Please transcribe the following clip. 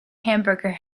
hamburger